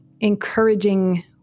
Encouraging